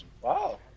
Wow